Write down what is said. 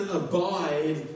abide